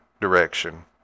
direction